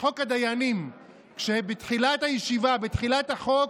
בחוק הדיינים בתחילת הישיבה, בתחילת החוק,